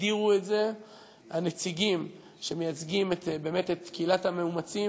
הגדירו את זה הנציגים שמייצגים את קהילת המאומצים